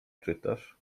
czytasz